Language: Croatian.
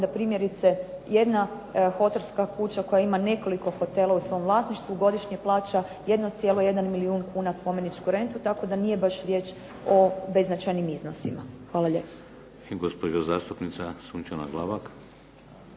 da primjerice jedna hotelska kuća koja ima nekoliko hotela u svom vlasništvu godišnje plaća 1,1 milijun kuna spomeničku rentu, tako da nije baš riječ o beznačajnim iznosima. Hvala lijepo.